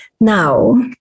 Now